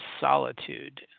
solitude